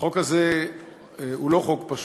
החוק הזה הוא לא חוק פשוט.